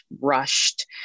rushed